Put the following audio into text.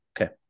Okay